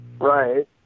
Right